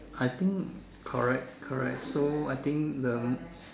I think correct correct so I think the